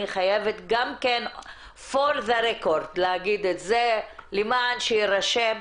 אני חייבת פור דה-רקורד להגיד את זה למען שיירשם.